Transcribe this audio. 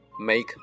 Make